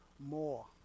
More